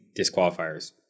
disqualifiers